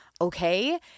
okay